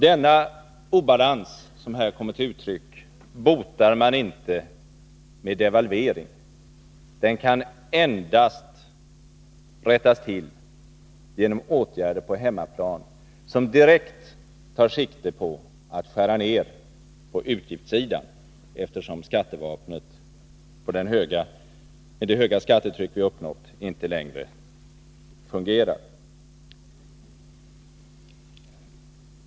Den obalans som här kommer till uttryck botar man inte med devalvering. Den kan endast rättas till genom åtgärder på hemmaplan, vilka direkt tar sikte på att skära ner de offentliga utgifterna, eftersom skattevapnet, med det höga skattetryck vi uppnått, inte längre fungerar.